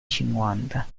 cinquanta